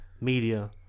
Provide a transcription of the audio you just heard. media